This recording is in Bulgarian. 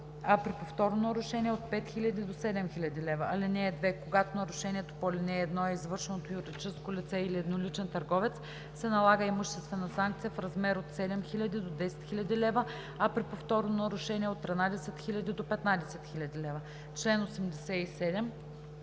а при повторно нарушение от 5000 до 7000 лв.; (2) Когато нарушението по ал. 1 е извършено от юридическо лице или едноличен търговец, се налага имуществена санкция в размер от 7000 до 10 000 лв., а при повторно нарушение – от 13 000 до 15 000 лв.“